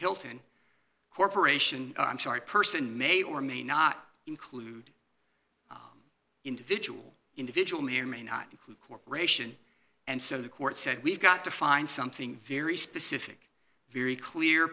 hilton corporation i'm sorry person may or may not include individual individual may or may not include corporation and so the court said we've got to find something very specific very clear